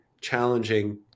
challenging